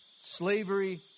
slavery